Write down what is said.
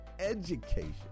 education